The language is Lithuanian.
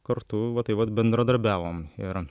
kartu va taip vat bendradarbiavom ir